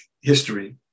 history